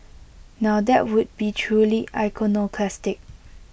now that would be truly iconoclastic